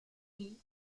die